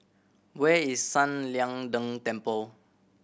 where is San Lian Deng Temple